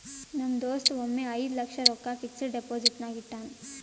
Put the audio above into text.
ನಮ್ ದೋಸ್ತ ಒಮ್ಮೆ ಐಯ್ದ ಲಕ್ಷ ರೊಕ್ಕಾ ಫಿಕ್ಸಡ್ ಡೆಪೋಸಿಟ್ನಾಗ್ ಇಟ್ಟಾನ್